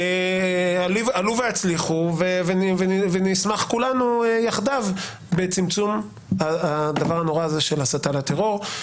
עלו והצליחו ונשמח כולנו יחדיו בצמצום הדבר הנורא הזה של הסתה לטרור.